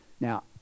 Now